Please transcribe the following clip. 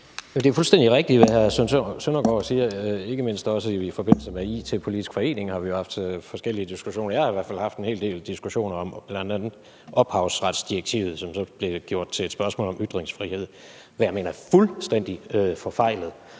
Det er fuldstændig rigtigt, hvad hr. Søren Søndergaard siger – ikke mindst også i forbindelse med IT-Politisk Forening har vi jo haft forskellige diskussioner. Jeg har i hvert fald haft en hel del diskussioner om bl.a. ophavsretsdirektivet, som så blev gjort til et spørgsmål om ytringsfrihed, hvad jeg mener er fuldstændig forfejlet.